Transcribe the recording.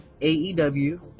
AEW